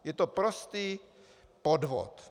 Je to prostý podvod.